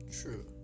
true